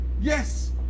Yes